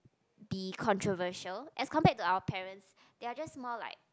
be controversial as compared to our parents they're just more like